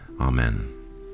Amen